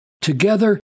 together